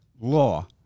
law